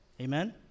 Amen